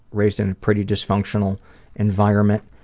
raised in pretty dysfunctional environment.